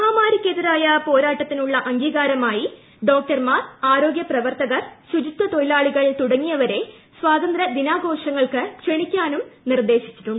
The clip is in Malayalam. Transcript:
മഹാമാരിക്കെതിരായ പോരാട്ടത്തിനുള്ള അംഗീകാരമായു ഡോക്ടർമാർ ആരോഗ്യ പ്രവർത്തകർ ശുചിത്വ തൊഴ്ചില്ളികൾ തുടങ്ങിയവരെ സ്വാതന്ത്ര്യ ദിനാഘോഷങ്ങൾക്ക് ക്ഷണിക്കാനും നിർദ്ദേശിച്ചിട്ടുണ്ട്